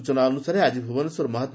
ସୂଚନା ଅନୁସାରେ ଆକି ଭୁବନେଶ୍ୱର ମହାମ୍